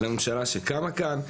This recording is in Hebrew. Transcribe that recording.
לממשלה שקמה כאן.